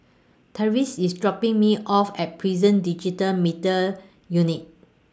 Tavaris IS dropping Me off At Prison Digital Media Unit